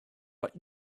but